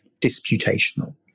disputational